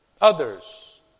others